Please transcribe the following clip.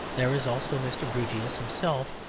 there is also mr. grewgious himself,